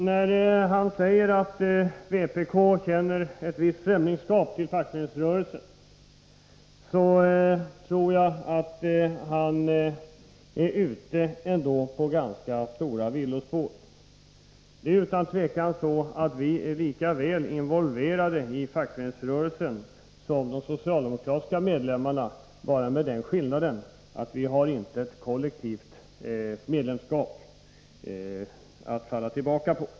När han säger att vpk känner ett visst främlingskap inför fackföreningsrörelsen tror jag att han ändå är ute på villovägar. Utan tvivel är vi lika väl involverade i fackföreningsrörelsen som de socialdemokratiska medlemmarna, bara med den skillnaden att vi inte har ett kollektivt medlemskap att falla tillbaka på.